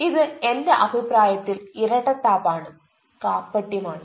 ഇത് എന്റെ അഭിപ്രായത്തിൽ ഇരട്ടത്താപ്പ് ആണ് കാപട്യം ആണ്